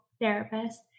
therapist